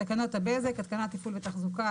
בתקנות הבזק תקנת תפעול ותחזוקה,